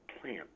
plant